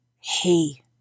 hey